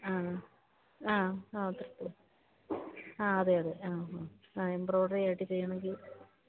ആണോ ആ ആ ആ അതെ അതെ ആ അ എബ്രോയ്ഡറി ആയിട്ട് ചെയ്യണമെങ്കില്